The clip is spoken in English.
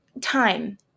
time